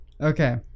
Okay